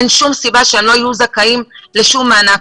אין שום סיבה שהם לא יהיו זכאים למענק כלשהו.